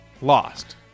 Lost